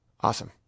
Awesome